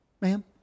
Ma'am